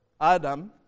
Adam